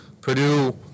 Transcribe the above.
Purdue